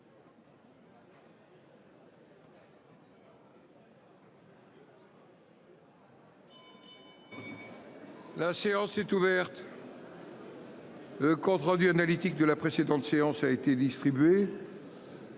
La séance est ouverte. Le compte rendu analytique de la précédente séance a été distribué.